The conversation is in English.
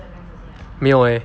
没有 leh